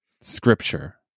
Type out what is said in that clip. scripture